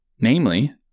Namely